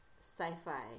sci-fi